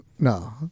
No